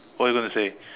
what you going to say